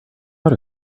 out